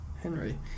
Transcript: henry